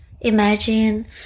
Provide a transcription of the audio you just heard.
imagine